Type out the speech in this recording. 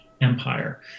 empire